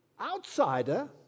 outsider